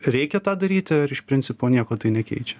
reikia tą daryti ar iš principo nieko tai nekeičia